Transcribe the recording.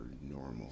normal